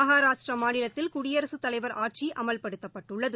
மகாராஷ்டிரா மாநிலத்தில் குடியரகத் தலைவர் ஆட்சி அமல்படுத்தப்பட்டுள்ளது